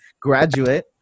graduate